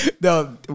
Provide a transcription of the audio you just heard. No